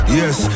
yes